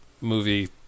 movie